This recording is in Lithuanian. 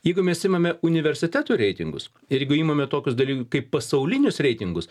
jeigu mes imame universitetų reitingus ir jeigu imame tokius daly kaip pasaulinius reitingus